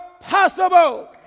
possible